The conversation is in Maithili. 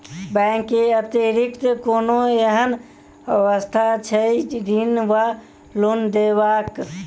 बैंक केँ अतिरिक्त कोनो एहन व्यवस्था छैक ऋण वा लोनदेवाक?